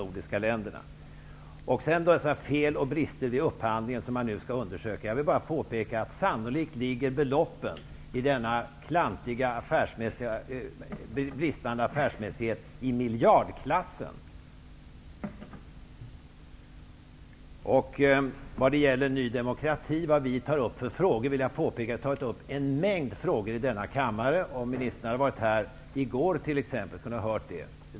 Sedan några ord om de fel och brister vid upphandlingen som man nu skall undersöka. Jag vill bara påpeka att sannolikt rör det sig i denna klantiga hantering med bristande affärsmässighet om belopp i miljardklassen. Vad gäller de frågor som vi i Ny demokrati tar upp vill jag påpeka att vi har tagit upp en mängd frågor i denna kammare. Om ministern hade varit här i går t.ex. kunde hon ha hört att det är så.